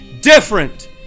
different